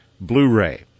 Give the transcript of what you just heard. Blu-ray